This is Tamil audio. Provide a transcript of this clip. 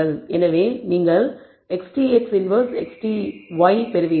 எனவே நீங்கள் XTX இன்வெர்ஸ் XTY பெறுவீர்கள்